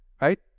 right